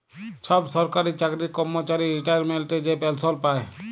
ছব সরকারি চাকরির কম্মচারি রিটায়ারমেল্টে যে পেলসল পায়